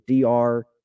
DR